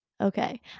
Okay